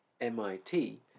MIT